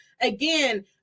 again